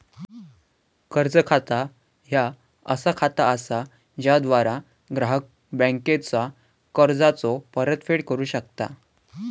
कर्ज खाता ह्या असा खाता असा ज्याद्वारा ग्राहक बँकेचा कर्जाचो परतफेड करू शकता